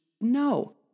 No